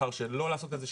בחר שלא לעשות את זה,